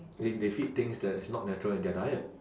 they they feed things that is not natural in their diet